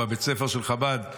בבית הספר של חב"ד,